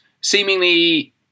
seemingly